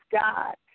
God